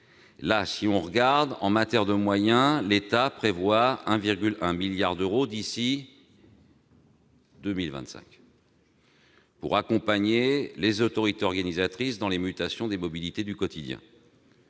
pertinents. En matière de moyens, l'État prévoit 1,1 milliard d'euros d'ici à 2025 pour accompagner les autorités organisatrices dans les mutations des mobilités du quotidien.